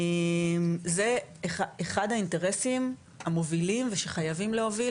זה אחד האינטרסים המובילים ושחייבים להוביל,